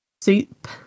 soup